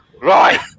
right